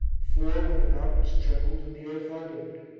four when the mountains trembled and the earth opened,